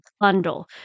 bundle